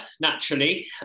naturally